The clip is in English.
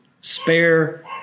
spare